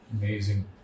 Amazing